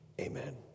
Amen